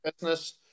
Business